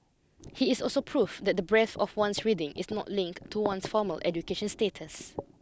he is also proof that the breadth of one's reading is not linked to one's formal education status